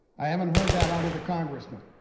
i haven't heard that out of the congressman.